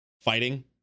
fighting